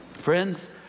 Friends